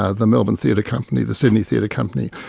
ah the melbourne theatre company, the sydney theatre company.